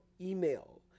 email